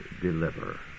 deliver